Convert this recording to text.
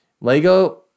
LEGO